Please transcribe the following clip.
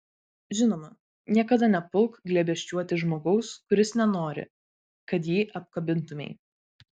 žinoma niekada nepulk glėbesčiuoti žmogaus kuris nenori kad jį apkabintumei